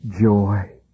joy